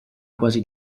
quasi